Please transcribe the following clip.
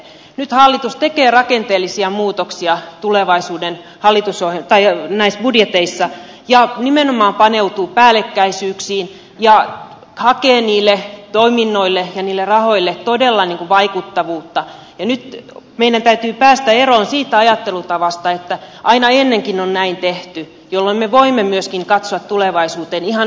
nyt hallitus tekee rakenteellisia muutoksia tulevaisuuden budjeteissa ja nimenomaan paneutuu päällekkäisyyksiin ja hakee niille toiminnoille ja niille rahoille todella niin kuin vaikuttavuutta ja nyt meidän täytyy päästä eroon siitä ajattelutavasta että aina ennenkin on näin tehty jolloin me voimme myöskin katsoa tulevaisuuteen ihan toisenlaisin silmälasein